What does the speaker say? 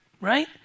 Right